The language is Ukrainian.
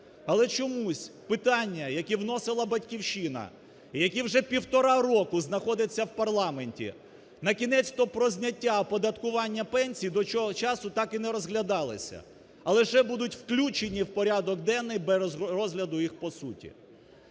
Але чомусь питання, які вносила "Батьківщина" і які вже півтора року знаходяться в парламенті, накінець-то про зняття оподаткування пенсій до цього часу так і не розглядалися, а лише будуть включені в порядок денний без розгляду їх по суті.